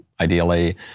ideally